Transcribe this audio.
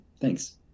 thanks